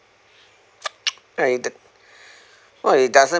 no it do~ no it doesn't